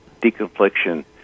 deconfliction